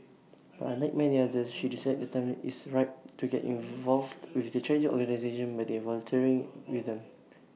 but unlike many others she decided the time is ripe to get involved with the charity organisation by volunteering with them